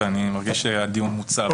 ואני מרגיש שהדיון מוצה.